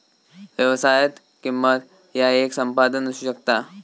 व्यवसायात, किंमत ह्या येक संपादन असू शकता